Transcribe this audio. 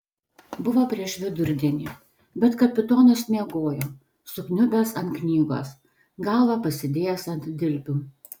buvo prieš vidurdienį bet kapitonas miegojo sukniubęs ant knygos galvą pasidėjęs ant dilbių